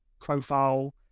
profile